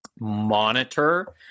monitor